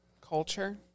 Culture